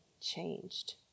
changed